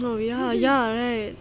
oh ya ya right